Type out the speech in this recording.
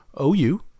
OU